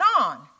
on